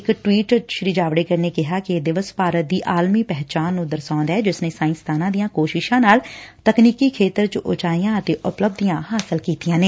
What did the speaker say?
ਇਕ ਟਵੀਟ ਚ ਜਾਵੜੇਕਰ ਨੇ ਕਿਹਾ ਕਿ ਇਹ ਦਿਵਸ ਭਾਰਤ ਦੀ ਆਲਮੀ ਪਹਿਚਾਣ ਨੂੰ ਦਰਸਾਊਦਾ ਏ ਜਿਸ ਨੇ ਸਾਇੰਸਦਾਨਾਂ ਦੀਆਂ ਕੋਸ਼ਿਸ਼ਾਂ ਨਾਲ ਤਕਨੀਕੀ ਖੇਤਰ ਚ ਉਚਾਈਆਂ ਅਤੇ ਉਪਲੱਬਧੀਆਂ ਹਾਸਲ ਕੀਤੀਆਂ ਨੇ